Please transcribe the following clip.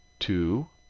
two,